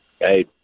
hey